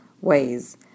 ways